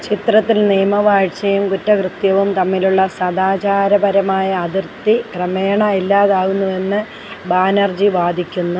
ചിത്രത്തിൽ നിയമവാഴ്ച്ചയും കുറ്റകൃത്യവും തമ്മിലുള്ള സദാചാരപരമായ അതിർത്തി ക്രമേണ ഇല്ലാതാകുന്നുവെന്ന് ബാനർജി വാദിക്കുന്നു